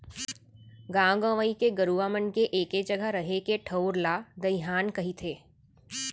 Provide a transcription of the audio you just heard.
गॉंव गंवई के गरूवा मन के एके जघा रहें के ठउर ला दइहान कथें